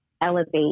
elevate